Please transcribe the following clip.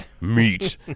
Meat